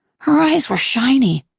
her eyes were shiny.